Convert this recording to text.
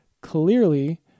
clearly